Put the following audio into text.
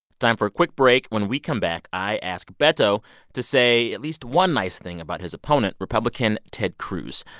time for a quick break. when we come back, i ask beto to say at least one nice thing about his opponent, republican ted cruz.